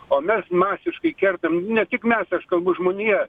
o mes masiškai kertam ne tik mes aš kalbu žmonija